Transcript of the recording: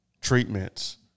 treatments